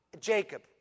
Jacob